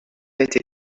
été